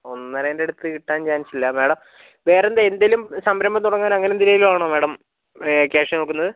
ഒന്നരേൻ്റെ അടുത്ത് കിട്ടാൻ ചാൻസില്ല മാഡം വേറെ എന്തേലും സംരംഭം തുടങ്ങാൻ അങ്ങനെ എന്തിനേലും ആണോ മാഡം ക്യാഷ് നോക്കുന്നത്